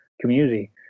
community